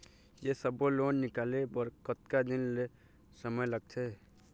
ये सब्बो लोन निकाले बर कतका दिन के समय लगथे?